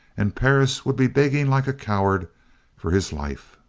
and perris would be begging like a coward for his life.